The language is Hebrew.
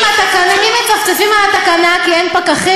אם מצפצפים על התקנה כי אין פקחים,